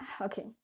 Okay